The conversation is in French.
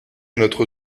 notre